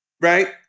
right